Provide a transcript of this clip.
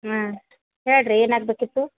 ಹಾಂ ಹೇಳ್ರಿ ಏನಾಗಬೇಕಿತ್ತು